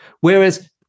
Whereas